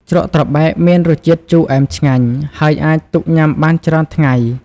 ជ្រក់ត្របែកមានរសជាតិជូរអែមឆ្ងាញ់ ហើយអាចទុកញ៉ាំបានច្រើនថ្ងៃ។